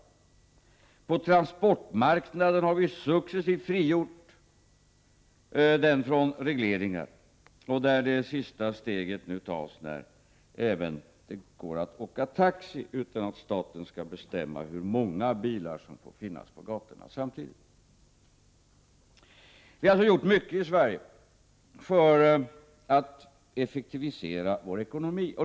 Transportmarknaden har successivt frigjorts från regleringar, och där tas nu det sista steget, när det även går att åka taxi utan att staten skall bestämma hur många bilar som får finnas på gatorna samtidigt. Vi har alltså gjort mycket i Sverige för att effektivisera vår ekonomi.